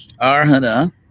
arhana